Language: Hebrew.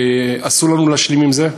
אסור לנו להשלים עם זה.